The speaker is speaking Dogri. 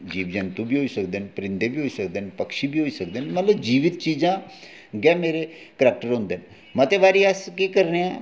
जीव जंतू बी होई सकदे न परिंदे बी होई सकदे न पक्षी बी होई सकदे न कन्नै जीवत चीजां गै मेरे करैक्टर होंदे न मते बारी अस केह् करने आं